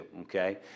okay